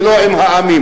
ולא עם העמים.